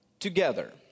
together